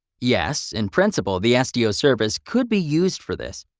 yes, in principle the sdo service could be used for this.